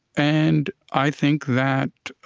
and i think that,